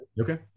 Okay